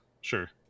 Sure